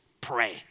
pray